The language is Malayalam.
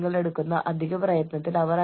ജോലിസ്ഥലത്തെ സമ്മർദ്ദത്തിന്റെ സ്രോതസ്സുകൾ